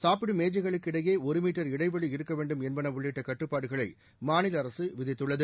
சாப்பிடும் மேஜைகளுக்கு இடையே ஒரு மீட்டர் இடைவெளி இருக்க வேண்டும் என்பது உள்ளிட்ட கட்டுப்பாடுகளை மாநில அரசு விதித்துள்ளது